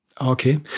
Okay